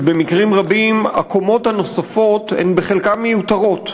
שבמקרים רבים הקומות הנוספות הן בחלקן מיותרות.